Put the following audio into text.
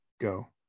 go